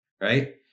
right